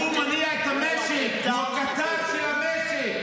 הוא מניע את המשק, הוא הקטר של המשק.